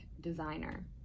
designer